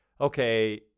okay